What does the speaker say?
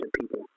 people